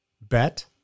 Bet